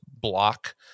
block